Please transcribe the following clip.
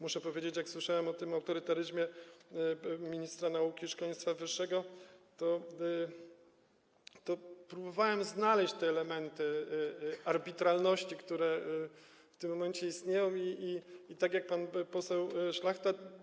Muszę powiedzieć, że gdy słyszałem o autorytaryzmie ministra nauki i szkolnictwa wyższego, to próbowałem znaleźć elementy arbitralności, które w tym momencie istnieją, i tak jak pan poseł Szlachta.